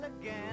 again